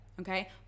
okay